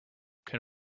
can